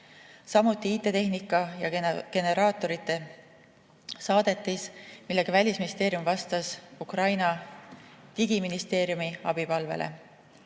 samuti IT-tehnika ja generaatorite saadetis, millega Välisministeerium vastas Ukraina digiministeeriumi abipalvele.